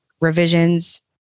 revisions